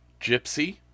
Gypsy